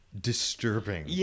disturbing